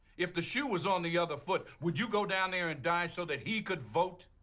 if the shoe was on the other foot, would you go down there and die so that he could vote?